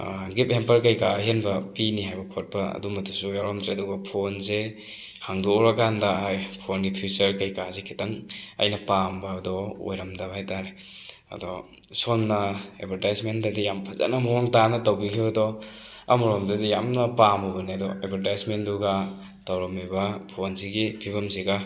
ꯒꯤꯞ hamper ꯀꯩꯀꯥ ꯑꯍꯦꯟꯕ ꯄꯤꯅꯤ ꯍꯥꯏꯕ ꯈꯣꯠꯄ ꯑꯗꯨꯝꯕꯗꯨꯁꯨ ꯌꯥꯎꯔꯝꯗ꯭ꯔꯦ ꯑꯗꯨꯒ ꯐꯣꯟꯁꯦ ꯍꯥꯡꯗꯣꯛꯎꯔ ꯀꯥꯟꯗ ꯍꯥꯏ ꯐꯣꯟꯒꯤ ꯐꯤꯆꯔ ꯀꯩꯀꯥꯁꯦ ꯈꯤꯇꯪ ꯑꯩꯅ ꯄꯥꯝꯕꯗꯣ ꯑꯣꯏꯔꯝꯗꯕ ꯍꯥꯏꯇꯥꯔꯦ ꯑꯗꯣ ꯁꯣꯝꯅ ꯑꯦꯗꯕꯔꯇꯥꯏꯖꯃꯦꯟꯗꯗꯤ ꯌꯥꯝ ꯐꯖꯅ ꯃꯑꯣꯡ ꯇꯥꯅ ꯇꯧꯕꯤꯈꯤꯕꯗꯣ ꯑꯃꯔꯣꯝꯗꯗꯤ ꯌꯥꯝꯅ ꯄꯥꯝꯃꯨꯕꯅꯦ ꯑꯗꯣ ꯑꯦꯗꯕꯔꯇꯥꯏꯖꯃꯦꯟꯗꯨꯒ ꯇꯧꯔꯝꯃꯤꯕ ꯐꯣꯟꯁꯤꯒꯤ ꯐꯤꯕꯝꯁꯤꯒ